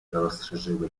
rozszerzyły